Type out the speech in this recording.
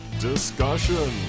Discussion